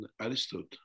Aristotle